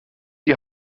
die